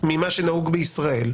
ממה שנהוג בישראל,